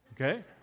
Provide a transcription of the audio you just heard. okay